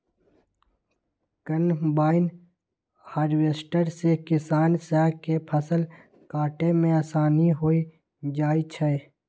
combine harvester से किसान स के फसल काटे में आसानी हो जाई छई